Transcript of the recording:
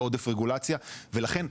לכן,